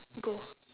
go